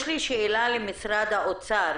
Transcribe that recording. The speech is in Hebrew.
יש לי שאלה למשרד האוצר.